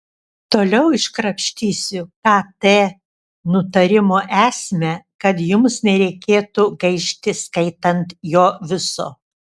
toliau iškrapštysiu kt nutarimo esmę kad jums nereikėtų gaišti skaitant jo viso